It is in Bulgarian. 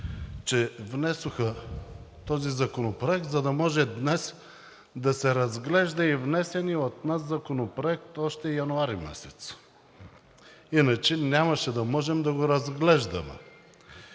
че внесоха този законопроект, за да може днес да се разглежда и внесеният от нас законопроект още януари месец. Иначе нямаше да можем да го разглеждаме.